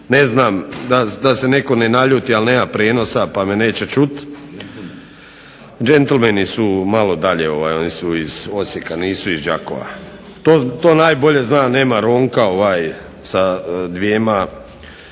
ne znam da se netko ne naljuti, ali nema prijenosa pa me neće čuti. Džentlmeni su malo dalje, oni su iz Osijeka, nisu iz Đakova. To najbolje zna, nema Ronka sa dvjema